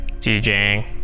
DJing